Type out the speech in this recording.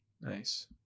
Nice